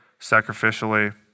sacrificially